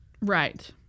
Right